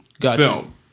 film